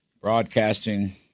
broadcasting